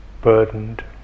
burdened